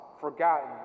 forgotten